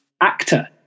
actor